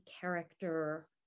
character